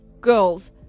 girls